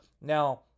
Now